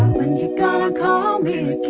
when you're going to call